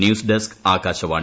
news desk Akashvani